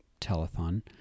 telethon